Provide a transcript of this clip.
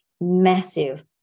massive